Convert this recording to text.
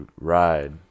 ride